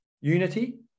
unity